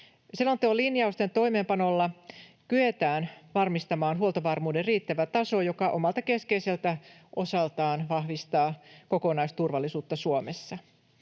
Selonteon linjausten toimeenpanolla kyetään varmistamaan huoltovarmuuden riittävä taso, joka omalta keskeiseltä osaltaan vahvistaa kokonaisturvallisuutta Suomessa.